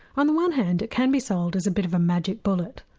on the one hand it can be sold as a bit of a magic bullet.